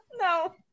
No